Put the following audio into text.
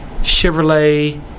Chevrolet